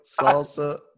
salsa